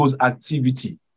activity